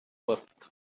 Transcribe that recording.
wept